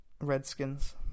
Redskins